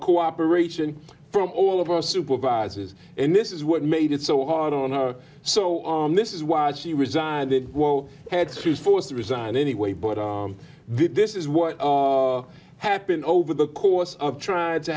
cooperation from all of our supervisors and this is what made it so hard on her so on this is why she resigned it had she was forced to resign anyway but this is what happened over the course of tried to